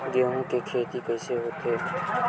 गेहूं के खेती कइसे होथे?